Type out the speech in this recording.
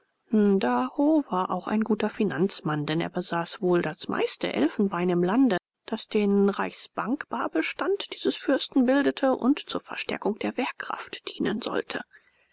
ndaho war auch ein guter finanzmann denn er besaß wohl das meiste elfenbein im lande das den reichsbankbarbestand dieses fürsten bildete und zur verstärkung der wehrkraft dienen sollte